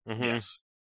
Yes